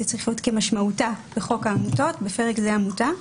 כמשמעותה בחוק העמותות (בפרק זה עמותה),